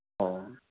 ꯑꯣ